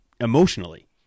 emotionally